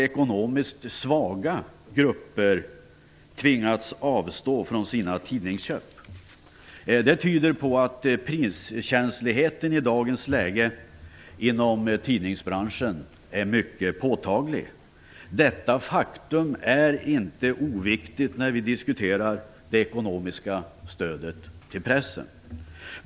Ekonomiskt svaga grupper har tvingats avstå från sina tidningsköp. Det tyder på att priskänsligheten i dagens läge inom tidningsbranschen är mycket påtaglig. Detta faktum är inte oviktigt när vi diskuterar det ekonomiska stödet till pressen.